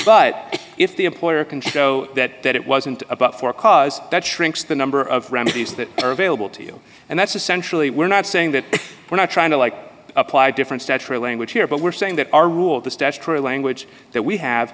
but if the employer can show that that it wasn't about for cause that shrinks the number of remedies that are available to you and that's essentially we're not saying that we're not trying to like apply different statutory language here but we're saying that our rule the statutory language that we have